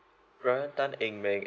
brian tan eng meng